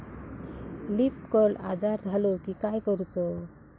Leaf curl आजार झालो की काय करूच?